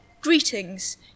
greetings